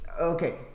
Okay